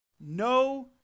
No